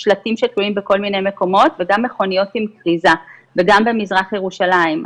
שלטים שתלויים בכל מיני מקומות וגם מכוניות עם כריזה וגם במזרח ירושלים.